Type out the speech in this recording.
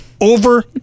over